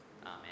Amen